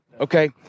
okay